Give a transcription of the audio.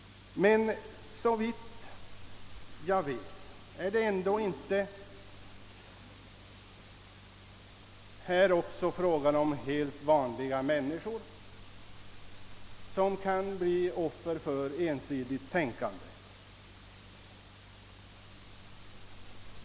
Men såvitt jag vet är det ändå också i detta fall fråga om helt vanliga människor, som kan bli offer för ensidigt tänkande.